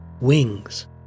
Wings